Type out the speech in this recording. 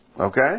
Okay